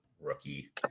rookie